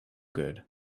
good